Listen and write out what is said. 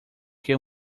que